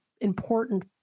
important